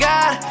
God